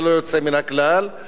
ללא יוצא מן הכלל,